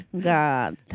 god